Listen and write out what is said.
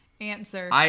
answer